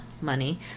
money